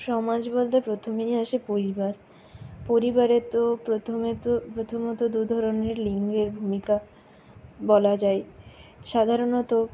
সমাজ বলতে প্রথমেই আসে পরিবার পরিবারে তো প্রথমে তো প্রথমত দু ধরনের লিঙ্গের ভূমিকা বলা যায় সাধারণত